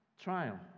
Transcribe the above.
Trial